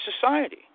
society